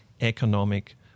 economic